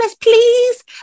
please